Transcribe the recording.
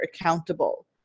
accountable